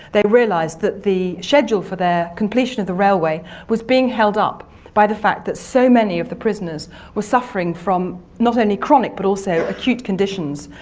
they realised that the schedule for their completion of the railway was being held up by the fact that so many of the prisoners were suffering from not only chronic, but also acute conditions.